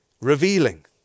revealing